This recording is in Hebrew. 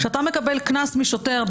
כשאתה מקבל קנס משוטר,